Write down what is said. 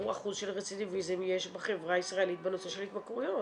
אחוז של רצידביזם יש בחברה הישראלית בנושא של התמכרויות.